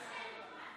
לא שמית.